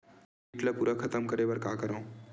कीट ला पूरा खतम करे बर का करवं?